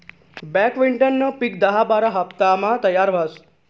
बकव्हिटनं पिक दहा बारा हाफतामा तयार व्हस